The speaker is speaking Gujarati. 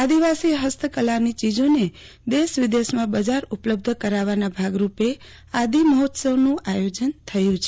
આદિવાસી હસ્તકલાની ચીજોને દેશ વિદેશમાં બજાર ઉપલબ્ધ કરાવવાના ભાગરૂપે આદિ મહોત્સવનું આયોજન થયું છે